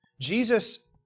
Jesus